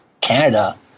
Canada